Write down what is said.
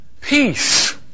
peace